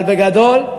אבל בגדול,